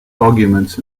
arguments